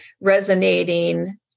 resonating